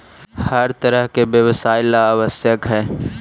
हर तरह के व्यवसाय ला आवश्यक हई